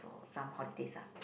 for some holidays ah